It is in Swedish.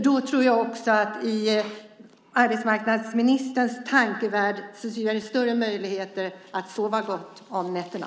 Då tror jag också att det, i arbetsmarknadsministerns tankevärld, finns större möjligheter att sova gott om nätterna.